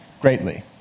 greatly